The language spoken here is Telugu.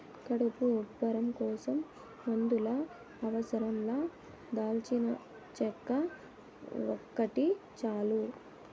కడుపు ఉబ్బరం కోసం మందుల అవసరం లా దాల్చినచెక్క ఒకటి చాలు